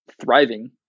thriving